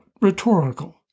rhetorical